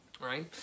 right